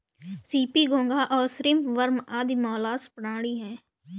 CP, घोंगा और shrimp worm आदि मौलास्क प्राणी हैं